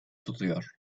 tutuyor